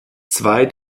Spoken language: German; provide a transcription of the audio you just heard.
zwei